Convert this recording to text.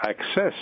access